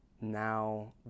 now